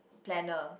planner